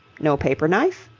no paper-knife?